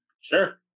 Sure